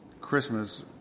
Christmas